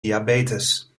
diabetes